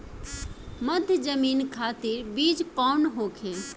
मध्य जमीन खातिर बीज कौन होखे?